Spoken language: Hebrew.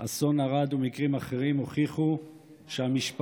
אסון ערד ומקרים אחרים, הוכיחו שהמשפחות